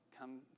come